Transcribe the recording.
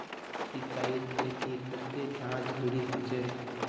सिंचाईर खेतिर केते चाँह जरुरी होचे?